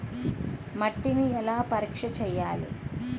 మట్టిని ఎలా పరీక్ష చేయాలి?